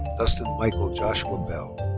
dustin michael joshua bell.